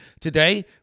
today